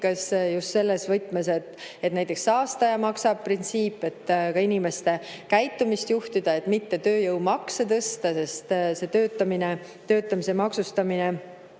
just selles võtmes, et [kehtiks] näiteks saastaja-maksab-printsiip, et ka inimeste käitumist juhtida, mitte tööjõumakse tõsta, sest see töötamise maksustamine